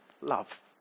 love